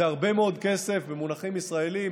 זה הרבה מאוד כסף במונחים ישראליים.